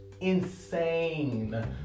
insane